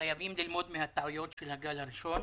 חייבים ללמוד מן הטעויות של הגל הראשון.